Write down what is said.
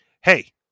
Hey